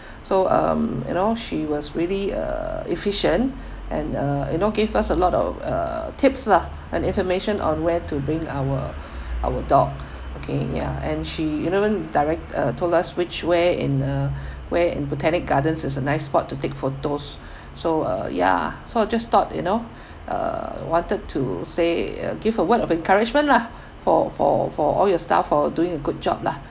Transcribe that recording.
so um you know she was really uh efficient and uh you know give us a lot of uh tips lah and information on where to bring our our dog okay ya and she even direct uh told us which way in uh way and botanic gardens is a nice spot to take photos so uh ya so I'll just thought you know uh wanted to say uh give a word of encouragement lah for for for all your staff for doing a good job lah